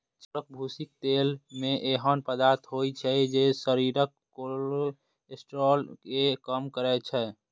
चाउरक भूसीक तेल मे एहन पदार्थ होइ छै, जे शरीरक कोलेस्ट्रॉल कें कम करै छै